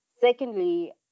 Secondly